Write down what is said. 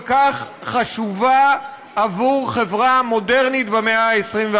כך חשובה עבור חברה מודרנית במאה ה-21.